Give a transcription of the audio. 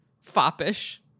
foppish